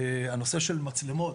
בנושא המצלמות,